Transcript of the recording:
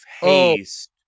haste